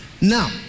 Now